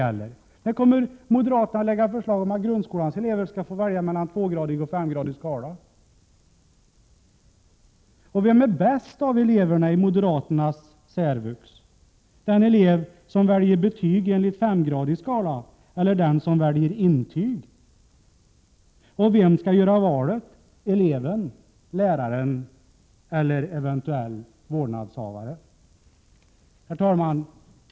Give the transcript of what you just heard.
När kommer moderaterna att föreslå att grundskolans elever skall få välja mellan tvågradig och femgradig betygsskala? Vem är bäst av eleverna i moderaternas särvux — den elev som väljer betyg enligt femgradig skala eller den som väljer intyg? Och vem skall göra valet — eleven eller läraren eller eventuell vårdnadshavare? Herr talman!